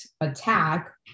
attack